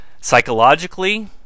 Psychologically